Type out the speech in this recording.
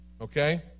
Okay